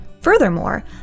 Furthermore